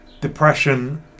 depression